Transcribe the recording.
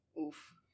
Oof